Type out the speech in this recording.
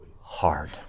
hard